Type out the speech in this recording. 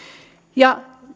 ja